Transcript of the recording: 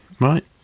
Right